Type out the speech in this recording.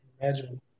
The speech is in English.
Imagine